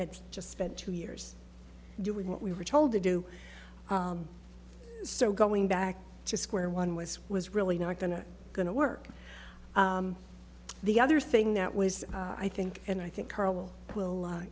had just spent two years doing what we were told to do so going back to square one was was really not going to going to work the other thing that was i think and i think carl will